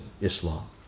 Islam